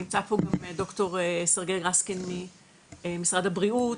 נמצא פה גם ד"ר סרגיי רסקין ממשרד הבריאות